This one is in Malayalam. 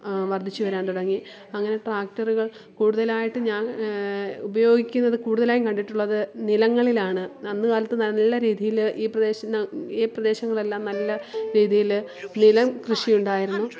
വർദ്ധിച്ച് വരാൻ തുടങ്ങി അങ്ങനെ ട്രാക്ടറുകൾ കൂടുതലായിട്ട് ഞാൻ ഉപയോഗിക്കുന്നത് കൂടുതലായും കണ്ടിട്ടുള്ളത് നിലങ്ങളിലാണ് അന്ന് കാലത്ത് നല്ല രീതിയിൽ ഈ പ്രദേശന് ഈ പ്രദേശങ്ങളെല്ലാം നല്ല രീതിയിൽ നിലം കൃഷി ഉണ്ടായിരുന്നു